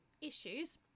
issues